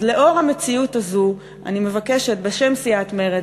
אז לאור המציאות הזו אני מבקשת בשם סיעת מרצ